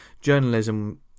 journalism